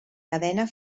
cadena